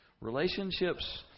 Relationships